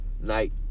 night